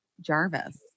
Jarvis